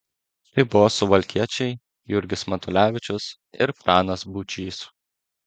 tai buvo suvalkiečiai jurgis matulevičius ir pranas būčys